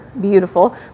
beautiful